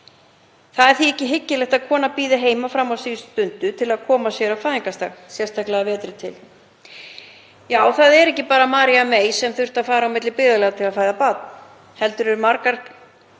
Því er ekki hyggilegt að kona bíði heima fram á síðustu stundu með að koma sér á fæðingarstað, sérstaklega að vetri til. Já, það er ekki bara María mey sem þurfti að fara á milli byggðarlaga til að fæða barn heldur eru margar